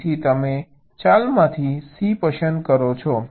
તેથી તમે ચાલમાંથી C પસંદ કરો છો